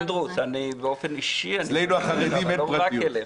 --- באופן אישי --- לא רק אליך.